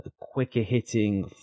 quicker-hitting